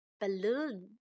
Balloon